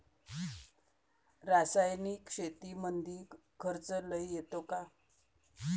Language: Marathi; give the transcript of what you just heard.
रासायनिक शेतीमंदी खर्च लई येतो का?